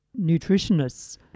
nutritionists